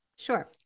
Sure